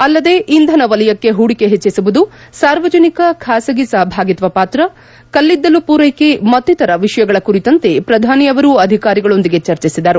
ಅಲ್ಲದೆ ಇಂಧನ ವಲಯಕ್ಕೆ ಹೂಡಿಕೆ ಹೆಚ್ಚಿಸುವುದು ಸಾರ್ವಜನಿಕ ಖಾಸಗಿ ಸಹಭಾಗಿತ್ವ ಪಾತ್ರ ಕಲ್ಲಿದ್ದಲು ಪೂರೈಕೆ ಮತ್ತೀತರ ವಿಷಯಗಳ ಕುರಿತಂತೆ ಪ್ರಧಾನಿ ಅವರು ಅಧಿಕಾರಿಗಳೊಂದಿಗೆ ಚರ್ಚಿಸಿದರು